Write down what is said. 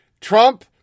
Trump